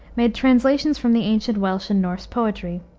made translations from the ancient welsh and norse poetry.